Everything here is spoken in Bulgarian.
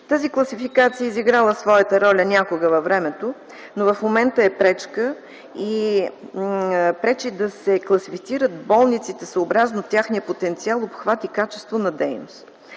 Тази класификация е изиграла своята роля някога във времето, но в момента пречи да се класифицират болниците съобразно техния потенциал, обхват и качество на дейност.